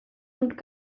und